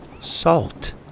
salt